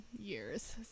years